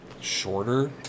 Shorter